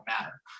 matter